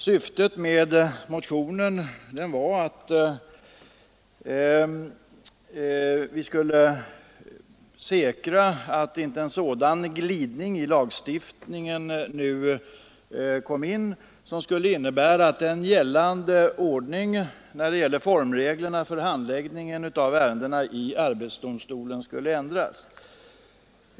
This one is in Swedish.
Syftet med motionen var att säkra att det inte uppstår en sådan glidning i lagstiftningen att gällande ordning i fråga om formerna för handläggningen av ärenden i arbetsdomstolen ändras.